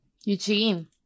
Eugene